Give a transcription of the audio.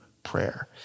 prayer